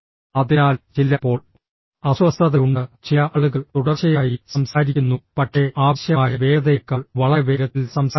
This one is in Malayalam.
അതിനാൽ ചിലപ്പോൾ അസ്വസ്ഥതയുണ്ട് ചില ആളുകൾ തുടർച്ചയായി സംസാരിക്കുന്നു പക്ഷേ ആവശ്യമായ വേഗതയേക്കാൾ വളരെ വേഗത്തിൽ സംസാരിക്കുന്നു